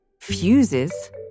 fuses